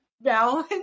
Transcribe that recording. now